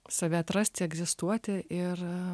save atrasti egzistuoti ir